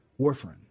warfarin